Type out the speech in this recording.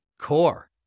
core